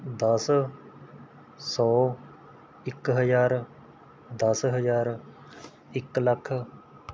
ਦਸ ਸੌ ਇੱਕ ਹਜ਼ਾਰ ਦਸ ਹਜ਼ਾਰ ਇੱਕ ਲੱਖ